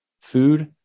food